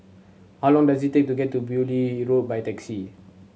how long does it take to get to Beaulieu Road by taxi